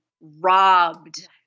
robbed